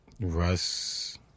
Russ